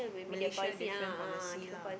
Malaysia different policy lah